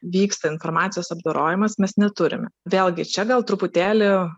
vyksta informacijos apdorojimas mes neturime vėlgi čia gal truputėlį